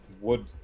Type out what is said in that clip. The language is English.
wood